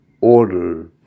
order